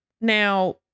Now